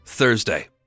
Thursday